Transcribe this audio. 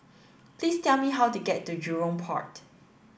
please tell me how to get to Jurong Port